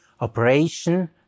operation